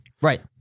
Right